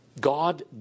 God